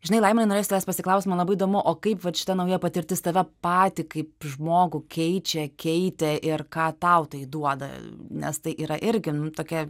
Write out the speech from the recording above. žinai laimonai norėsiu tavęs pasiklaust man labai įdomu o kaip vat šita nauja patirtis tave patį kaip žmogų keičia keitė ir ką tau tai duoda nes tai yra irgi tokia